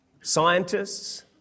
scientists